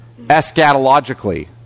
Eschatologically